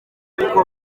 ariko